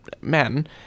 men